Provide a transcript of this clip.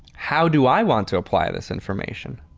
how do i want to apply this information?